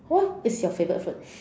what is your favourite food